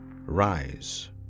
rise